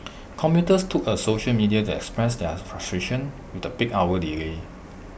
commuters took A social media that express their frustration with the peak hour delay